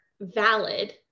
valid